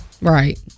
Right